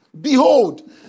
Behold